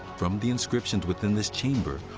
from the inscriptions within this chamber,